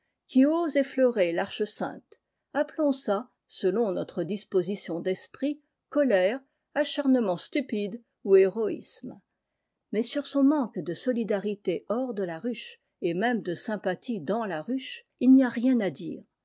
qui ose effleurer l'arche sainte appelons cela selon notre disposition d'esprit colère acharnement stupide ou héroïsme mais sur son manque de solidarité hors de la ruche et même de sympathie dans la ruche il n'y a rien à dire